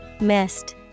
Mist